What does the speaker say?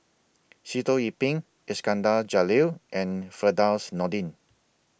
Sitoh Yih Pin Iskandar Jalil and Firdaus Nordin